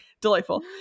Delightful